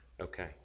Okay